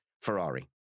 Ferrari